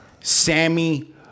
sammy